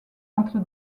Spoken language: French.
entre